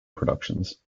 productions